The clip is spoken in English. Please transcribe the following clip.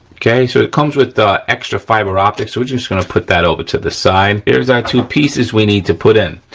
okay. so it comes with extra fiber optics so we're just gonna put that over to the side. here's our two pieces we need to put in.